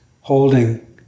holding